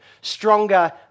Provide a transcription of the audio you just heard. stronger